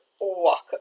walk